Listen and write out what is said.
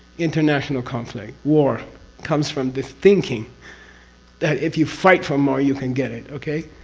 international conflict, war comes from this thinking that if you fight for more you can get it. okay?